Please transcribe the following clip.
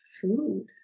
food